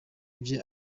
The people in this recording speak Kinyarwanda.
bye